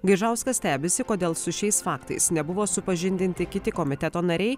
gaižauskas stebisi kodėl su šiais faktais nebuvo supažindinti kiti komiteto nariai